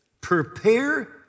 prepare